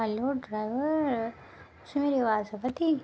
hello driver तुसें गी मेरी बाज आवै दी